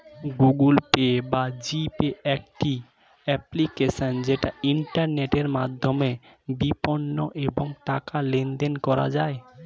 Google Pay বা G Pay একটি application যেটা ইন্টারনেটের মাধ্যমে বিপণন এবং টাকা লেনদেন করা যায়